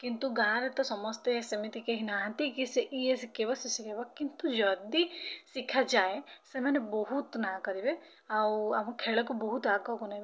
କିନ୍ତୁ ଗାଁ'ରେ ତ ସମସ୍ତେ ସେମିତି କେହି ନାହାନ୍ତି କି ଇଏ ଶିଖ ଇଏ ଶିଖେଇବ ସିଏ ଶିଖେଇବ କିନ୍ତୁ ଯଦି ଶିଖାଯାଏ ସେମାନେ ବହୁତ ନାଁ କରିବେ ଆଉ ଆମ ଖେଳକୁ ବହୁତ ଆଗକୁ ନେବେ